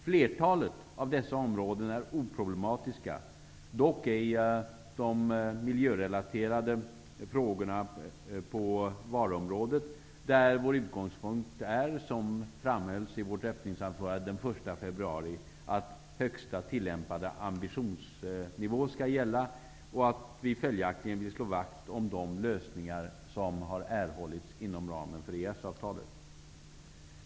Flertalet av dessa områden är oproblematiska, dock ej de miljörelaterade frågorna på varuområdet, där vår utgångspunkt är -- som framhölls i vårt öppningsanförande den 1 februari -- att den högsta tillämpade ambitionsnivån skall gälla och vi följaktligen vill slå vakt om de lösningar som erhållits i EES-avtalet.